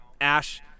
Ash